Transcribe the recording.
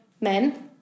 men